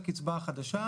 תוסיף להם עשרה שקלים,